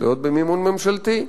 תלויות במימון ממשלתי,